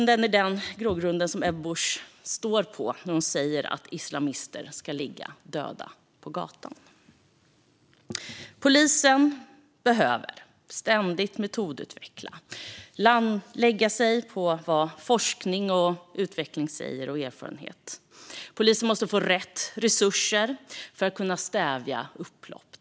Det är den grogrunden Ebba Busch står på när hon säger att islamister ska ligga döda på gatan. Polisen behöver ständigt metodutveckla och luta sig mot vad forskning, utveckling och erfarenheter säger. Polisen måste få rätt resurser för att stävja upplopp.